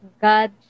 God